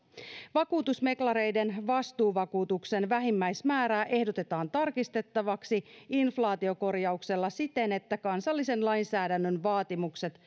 vakuutusmeklareiden vastuuvakuutuksen vähimmäismäärää ehdotetaan tarkistettavaksi inflaatiokorjauksella siten että kansallisen lainsäädännön vaatimukset